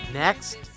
Next